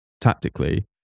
tactically